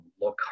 look